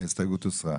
ההסתייגות הוסרה.